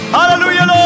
Hallelujah